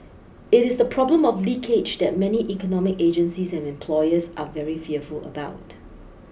it is the problem of leakage that many economic agencies and employers are very fearful about